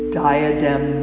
diadem